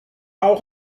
auch